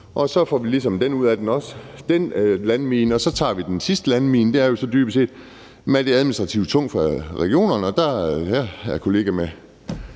og så får vi ligesom også ordnet den landmine. Så tager vi den sidste landmine, og det er dybest set det med, at det er administrativt tungt for regionerne. Jeg er kollega med